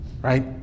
right